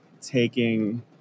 taking